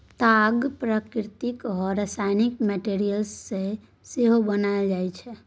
ताग प्राकृतिक आ रासायनिक मैटीरियल सँ सेहो बनाएल जाइ छै